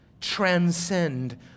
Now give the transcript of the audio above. transcend